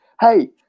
hey